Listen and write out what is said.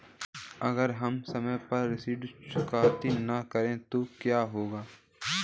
अगर हम समय पर ऋण चुकौती न करें तो क्या होगा?